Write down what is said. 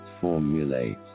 formulate